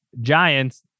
Giants